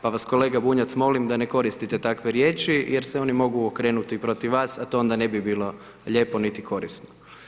Pa vas kolega Bunjac molim da ne koristite takve riječi jer se oni mogu okrenuti protiv vas a to onda ne bi bilo lijepo niti korisno.